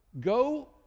Go